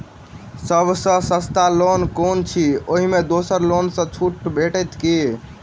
सब सँ सस्ता लोन कुन अछि अहि मे दोसर लोन सँ छुटो भेटत की?